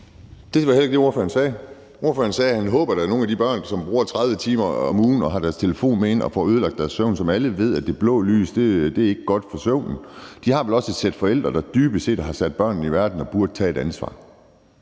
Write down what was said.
det var heller ikke det, ordføreren sagde. Ordføreren sagde, at der er nogle af de børn, som bruger 30 timer om ugen og har deres telefon med ind og får ødelagt deres søvn. Som alle ved, er det blå lys ikke godt for søvnen, men børnene har vel også et sæt forældre, der dybest set har sat dem i verden, og som burde tage et ansvar.